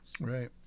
Right